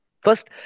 first